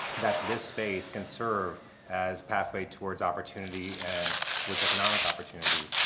that this space can serve as pathway towards opportunity and towards economic opportunity.